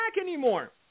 anymore